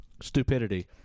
Stupidity